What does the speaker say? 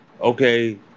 okay